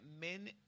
men